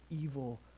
evil